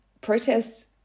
protests